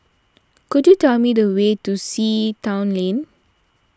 could you tell me the way to Sea Town Lane